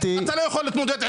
אתה לא יכול להתמודד עם זה.